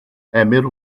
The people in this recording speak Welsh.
emyr